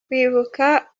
kwibuka